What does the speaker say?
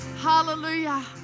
Hallelujah